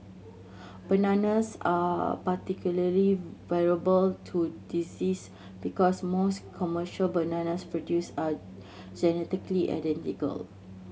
bananas are particularly vulnerable to disease because most commercial bananas produced are genetically identical